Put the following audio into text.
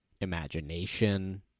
imagination